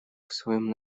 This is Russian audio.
своем